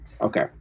Okay